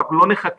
אנחנו לא נחכה,